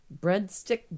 breadstick